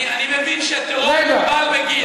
אני מבין שהטרור מוגבל בגיל.